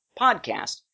podcast